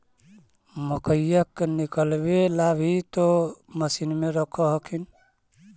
मकईया के निकलबे ला भी तो मसिनबे रख हखिन?